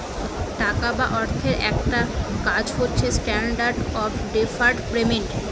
টাকা বা অর্থের একটা কাজ হচ্ছে স্ট্যান্ডার্ড অফ ডেফার্ড পেমেন্ট